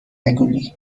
مگولی